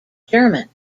german